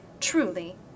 truly